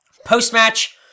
Post-match